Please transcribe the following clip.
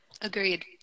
agreed